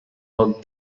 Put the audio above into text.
work